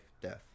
death